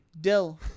Dill